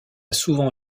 souvent